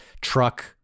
truck